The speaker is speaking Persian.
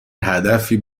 هدفی